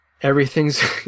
everything's